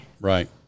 Right